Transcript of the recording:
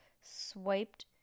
swiped